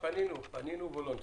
ניסינו, פנינו וולונטרית,